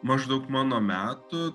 maždaug mano metų